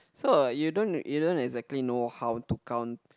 so you don't you don't exactly know how to count